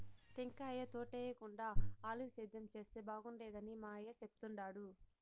టెంకాయ తోటేయేకుండా ఆలివ్ సేద్యం చేస్తే బాగుండేదని మా అయ్య చెప్తుండాడు